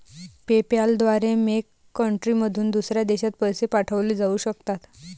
PayPal द्वारे मेक कंट्रीमधून दुसऱ्या देशात पैसे पाठवले जाऊ शकतात